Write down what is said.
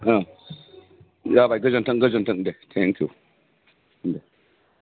ओं जाबाय गोजोन्थों गोजोन्थों दे थेंकिउ दे